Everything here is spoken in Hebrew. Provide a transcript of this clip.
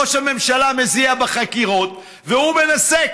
ראש הממשלה מזיע בחקירות, והוא מנסה.